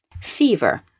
Fever